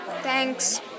Thanks